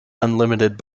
unlimited